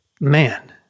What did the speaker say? Man